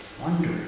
Wonder